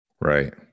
Right